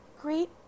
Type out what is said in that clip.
great